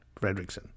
Fredrickson